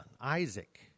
Isaac